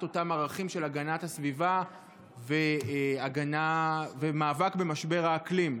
אותם ערכים של הגנת הסביבה ומאבק במשבר האקלים.